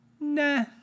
nah